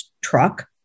truck